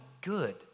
good